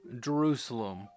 Jerusalem